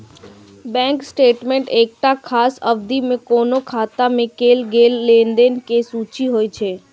bank statement एकटा खास अवधि मे कोनो खाता मे कैल गेल लेनदेन के सूची होइ छै